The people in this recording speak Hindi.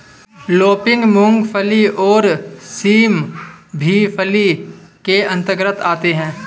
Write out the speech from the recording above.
लूपिन, मूंगफली और सेम भी फली के अंतर्गत आते हैं